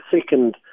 second